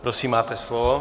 Prosím, máte slovo.